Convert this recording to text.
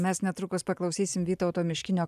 mes netrukus paklausysim vytauto miškinio